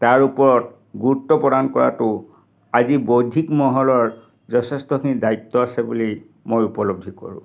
তাৰ ওপৰত গুৰুত্ব প্ৰদান কৰাটো আজি বৌদ্ধিক মহলৰ যথেষ্টখিনি দায়িত্ব আছে বুলি মই উপলব্ধি কৰোঁ